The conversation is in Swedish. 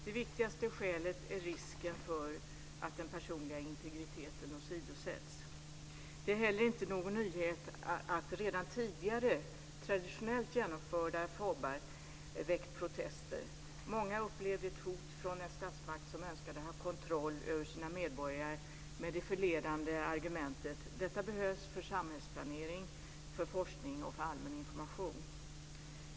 Det viktigaste skälet är risken för att den personliga integriteten åsidosätts. Det är inte heller någon nyhet att redan tidigare traditionellt genomförda folk och bostadsräkningar väckt protester. Många upplevde ett hot från en statsmakt som önskade ha kontroll över sina medborgare med det förledande argumentet: Detta behövs för samhällsplanering, forskning och allmän information.